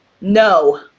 No